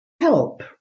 help